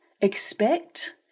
expect